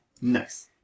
Nice